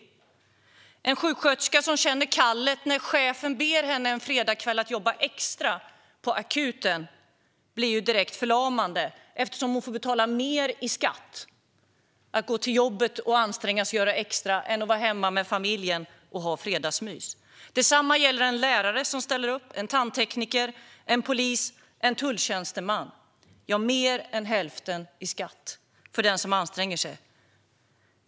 För en sjuksköterska som känner kallet när chefen en fredagskväll ber henne att jobba extra på akuten blir den direkt förlamande eftersom hon får betala mer i skatt för att gå till jobbet, anstränga sig och göra en extra insats än att vara hemma med familjen och ha fredagsmys. Detsamma gäller en lärare som ställer upp, en tandtekniker, en polis eller en tulltjänsteman. Det är mer än hälften i skatt för den som anstränger sig.